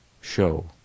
show